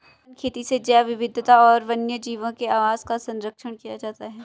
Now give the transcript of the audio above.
one खेती से जैव विविधता और वन्यजीवों के आवास का सरंक्षण किया जाता है